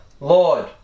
Lord